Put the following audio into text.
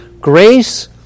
Grace